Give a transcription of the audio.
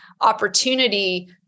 opportunity